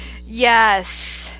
Yes